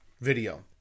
video